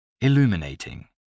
Illuminating